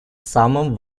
самым